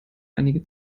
einige